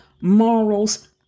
morals